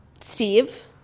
Steve